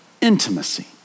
intimacy